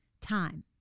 Time